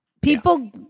People